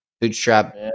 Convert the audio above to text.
bootstrap